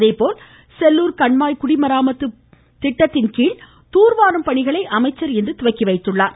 அதேபோல் செல்லூர் கண்மாய் குடிமராமத்து திட்டத்தின்கீழ் தூர்வாரும் பணிகளை அமைச்சர் இன்று துவக்கி வைத்தார்